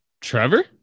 Trevor